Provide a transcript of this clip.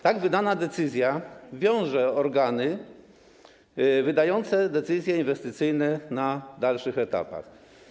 Tak wydana decyzja wiąże organy wydające decyzje inwestycyjne na dalszych etapach.